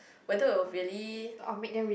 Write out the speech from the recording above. whether it will really